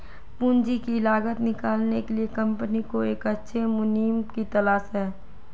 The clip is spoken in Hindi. पूंजी की लागत निकालने के लिए कंपनी को एक अच्छे मुनीम की तलाश है